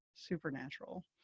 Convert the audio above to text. supernatural